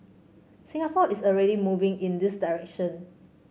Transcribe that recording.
Singapore is already moving in this direction